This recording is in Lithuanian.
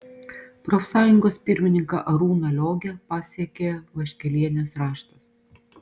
profsąjungos pirmininką arūną liogę pasiekė vaškelienės raštas